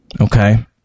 Okay